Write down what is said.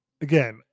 again